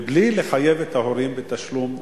בלי לחייב את ההורים בתשלום נוסף,